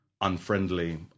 unfriendly